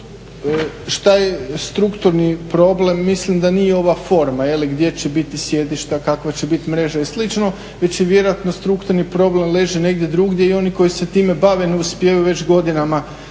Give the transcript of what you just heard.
šta je strukturni problem? Mislim da nije ova forma gdje će biti sjedišta, kakva će biti mreža i slično već vjerojatno strukturni problem leži negdje drugdje i oni koji se time bave ne uspijevaju već godinama